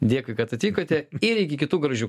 dėkui kad atvykote ir iki kitų gražių